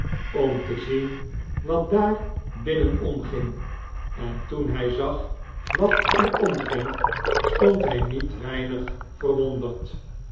om te zien wat daar binnen omging en toen hij zag wat er omging stond hij niet weinig verwonderd